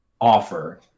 offer